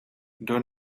door